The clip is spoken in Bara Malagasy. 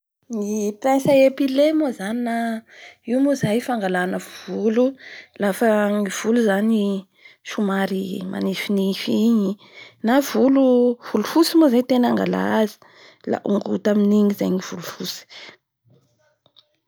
Ny pince a épiler moa zany na io moa zay fangalana volo lafa ny volo zany somary manifinify igny na volo- volofotsy moa zany ny tena angalà azy. La ongota amin'igny zany ny volofotsy.